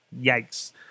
Yikes